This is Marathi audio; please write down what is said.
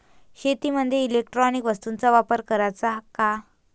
शेतीमंदी इलेक्ट्रॉनिक वस्तूचा वापर कराचा का?